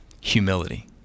Humility